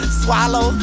swallow